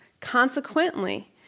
Consequently